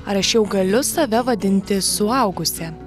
ar aš jau galiu save vadinti suaugusia